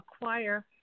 acquire